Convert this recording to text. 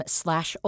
slash